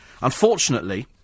Unfortunately